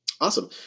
Awesome